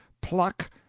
pluck